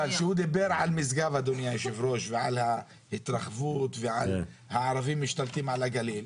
אבל כשהוא דיבר על משגב ועל התרחבות ועל "הערבים משתלטים על הגליל",